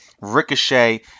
Ricochet